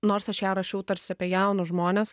nors aš ją rašiau tarsi apie jaunus žmones